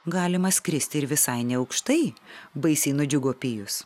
galima skristi ir visai neaukštai baisiai nudžiugo pijus